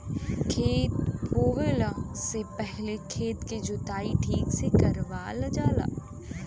खेत बोवला से पहिले खेत के जोताई ठीक से करावल जाला